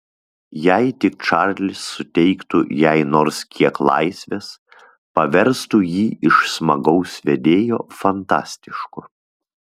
jei tik čarlis suteiktų jai nors kiek laisvės paverstų jį iš smagaus vedėjo fantastišku